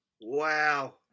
wow